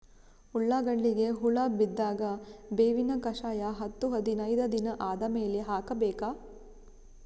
ಉಳ್ಳಾಗಡ್ಡಿಗೆ ಹುಳ ಬಿದ್ದಾಗ ಬೇವಿನ ಕಷಾಯ ಹತ್ತು ಹದಿನೈದ ದಿನ ಆದಮೇಲೆ ಹಾಕಬೇಕ?